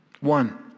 One